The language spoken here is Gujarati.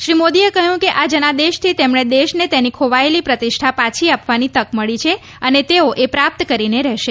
શ્રી મોદીએ કહ્યું કે આ જનાદેશથી તેમણે દેશને તેની ખોવાયેલી પ્રતિષ્ઠા પાછી આપવાની તક મળી છે અને તેઓ એ પ્રાપ્ત કરીને રહેશે